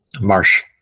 marsh